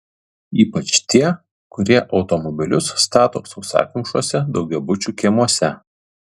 ypač tie kurie automobilius stato sausakimšuose daugiabučių kiemuose